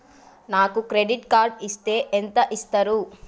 నాకు credit card ఇస్తే ఎంత ఇస్తరు?